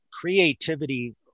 creativity